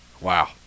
Wow